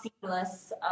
seamless